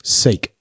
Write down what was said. seek